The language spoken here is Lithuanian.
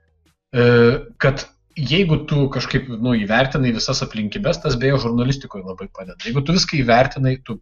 kad jeigu tu kažkaip nu įvertinai visas aplinkybes tas bei žurnalistikoj labai padeda jeigu tu viską įvertinai tu